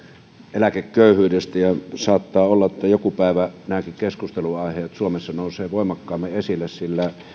eläkeköyhyydestä saattaa olla että joku päivä nämäkin keskustelunaiheet suomessa nousevat voimakkaammin esille sillä